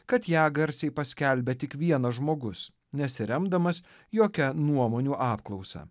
kad ją garsiai paskelbia tik vienas žmogus nesiremdamas jokia nuomonių apklausa